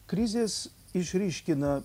krizės išryškina